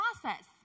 process